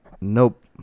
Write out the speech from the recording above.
Nope